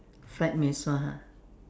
fried mee-sua ha